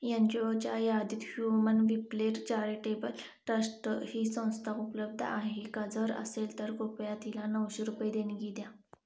N G ओच्या यादीत human विप्लेअर चॅरिटेबल ट्रस्ट ही संस्था उपलब्ध आहे का जर असेल तर कृपया तिला नऊशे रुपये देणगी द्या